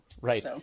Right